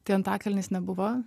tai antakalnis nebuvo